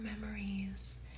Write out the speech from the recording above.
memories